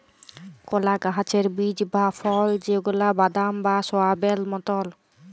কলা গাহাচের বীজ বা ফল যেগলা বাদাম বা সয়াবেল মতল